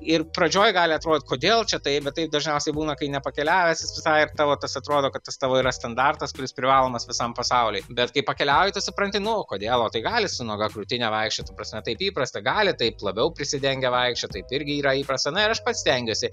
ir pradžioj gali atrodyt kodėl čia taip bet tai dažniausiai būna kai nepakeliavęs jis visai ir tavo tas atrodo kad tas tavo yra standartas kuris privalomas visam pasauliui bet kai pakeliauji tu supranti nu o kodėl o tai gali su nuoga krūtine vaikščiot ta prasme taip įprasta gali taip labiau prisidengę vaikščiot taip irgi yra įprasta na ir aš pats stengiuosi